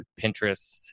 Pinterest